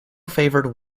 favored